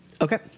okay